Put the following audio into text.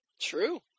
True